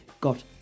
got